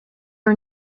are